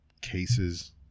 cases